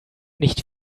nicht